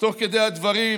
תוך כדי הדברים,